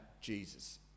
Jesus